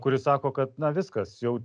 kuri sako kad viskas jau